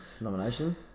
nomination